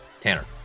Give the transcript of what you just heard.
Tanner